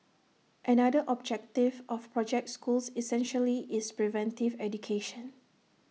another objective of project schools essentially is preventive education